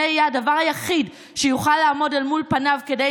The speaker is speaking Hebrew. זה יהיה הדבר היחיד שיוכל לעמוד אל מול פניו כדי